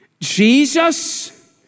Jesus